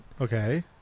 Okay